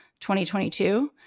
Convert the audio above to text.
2022